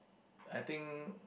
I think